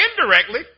indirectly